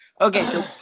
Okay